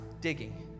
digging